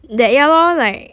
that ya lor like